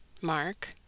Mark